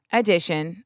edition